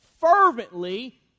fervently